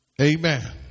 Amen